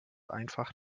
einfach